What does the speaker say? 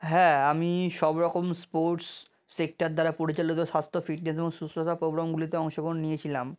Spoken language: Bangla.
হ্যাঁ আমি সব রকম স্পোর্টস সেক্টর দ্বারা পরিচালিত স্বাস্থ্য ফিটনেস এবং শুশ্রষা প্রবলেমগুলিতে অংশগ্রহণ নিয়েছিলাম